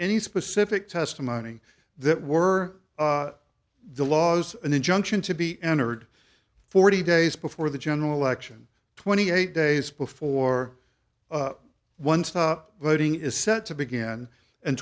any specific testimony that were the laws an injunction to be entered forty days before the general election twenty eight days before one stop voting is set to begin and